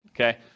okay